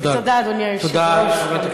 תודה, אדוני היושב-ראש.